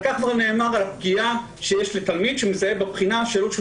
כבר דובר על הפגיעה שנגרמת לתלמיד כשהוא מזהה